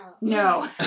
No